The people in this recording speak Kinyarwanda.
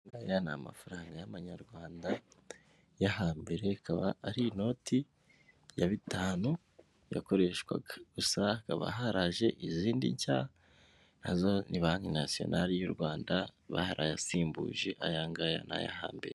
Aya ni amafaranga y'amanyarwanda yo hambere, ikaba ari inoti ya bitanu yakoreshwaga, gusa hakaba haraje izindi nshya na zo ni banki nasiyonari y'u Rwanda, barayasimbuje aya ngaya ni ayo hambere.